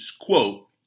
quote